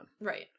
right